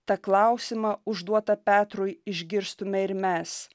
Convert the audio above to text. tą klausimą užduotą petrui išgirstume ir mes